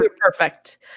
perfect